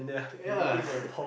ya